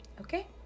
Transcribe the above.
Okay